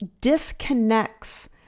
disconnects